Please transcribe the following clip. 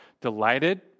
delighted